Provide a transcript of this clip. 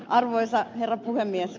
arvoisa herra puhemies